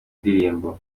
ndirimbo